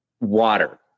water